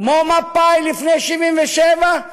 כמו מפא"י לפני 1977,